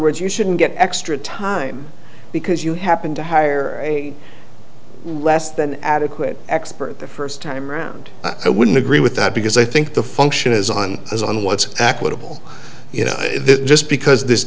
words you shouldn't get extra time because you happened to hire a less than adequate expert the first time around i wouldn't agree with that because i think the function is on is on what's acceptable you know just because this